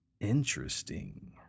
Interesting